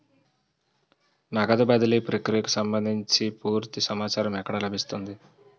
నగదు బదిలీ ప్రక్రియకు సంభందించి పూర్తి సమాచారం ఎక్కడ లభిస్తుంది?